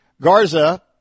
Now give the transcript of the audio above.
Garza